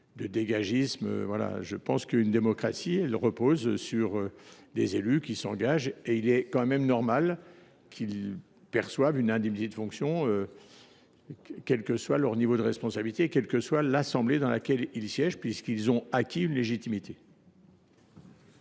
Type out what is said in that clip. de dégagisme. Une démocratie repose sur des élus qui s’engagent. Il est normal qu’ils perçoivent une indemnité de fonction, quel que soit leur niveau de responsabilité et quelle que soit l’assemblée dans laquelle ils siègent, puisqu’ils ont ainsi acquis une légitimité.